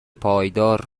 پایدار